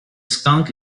skunk